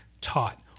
taught